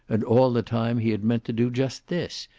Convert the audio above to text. and all the time he had meant to do just this,